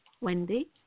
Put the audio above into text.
Wendy